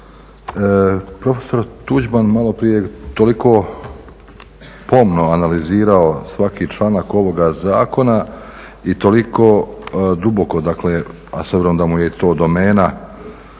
profesor Tuđman maloprije je toliko pomno analizirao svaki članak ovoga zakona i toliko duboko, a s obzirom da mu je to domena,